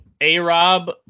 A-Rob